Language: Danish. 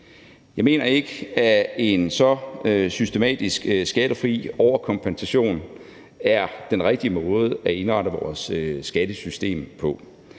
Jeg mener ikke, at en så systematisk skattefri overkompensation er den rigtige måde at indrette vores skattesystem på.